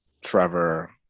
Trevor